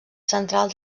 central